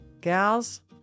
gals